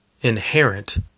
inherent